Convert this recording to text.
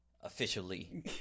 officially